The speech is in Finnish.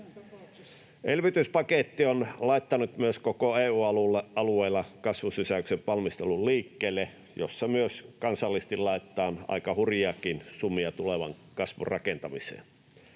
Elvytyspaketti on laittanut myös koko EU-alueilla kasvusysäyksen valmistelun liikkeelle, jossa myös kansallisesti laitetaan aika hurjiakin summia tulevan kasvun rakentamiseen